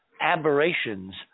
aberrations